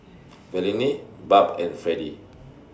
Verlene Barb and Fredie